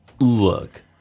look